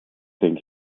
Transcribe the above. think